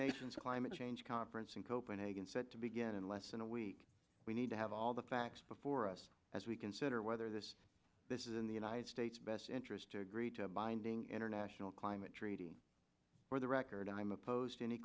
nations climate change conference and cope nagin said to begin in less than a week we need to have all the facts before us as we consider whether this this is in the united states best interest to agree to a binding international climate treaty for the record i am opposed